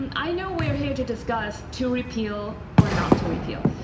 and i know we're here to discuss to repeal or not to repeal.